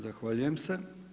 Zahvaljujem se.